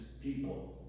people